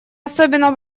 особенно